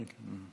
תודה רבה.